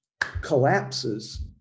collapses